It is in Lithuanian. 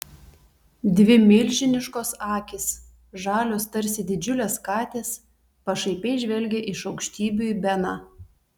dvi milžiniškos akys žalios tarsi didžiulės katės pašaipiai žvelgė iš aukštybių į beną